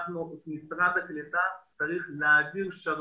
משרד הקליטה צריך להעביר שרביט.